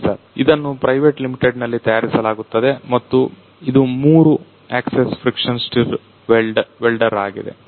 ಸರಿ ಸರ್ ಇದನ್ನು private limited ನಲ್ಲಿ ತಯಾರಿಸಲಾಗುತ್ತದೆ ಮತ್ತು ಇದು ಮೂರು ಆಕ್ಸಿಸ್ ಫ್ರಿಕ್ಷನ್ ಸ್ಟಿರ್ ವೆಲ್ಡರ್ ಆಗಿದೆ